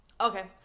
Okay